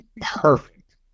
Perfect